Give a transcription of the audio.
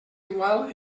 igual